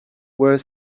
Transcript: were